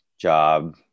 job